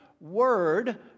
word